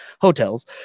hotels